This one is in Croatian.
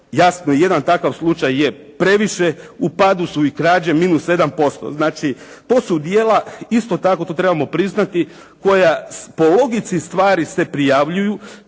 Jasno i jedan takav slučaj je previše. U padu su i krađe minus 7%. Znači to su djela isto tako, to trebamo priznati, koja po logici stvari se prijavljuju.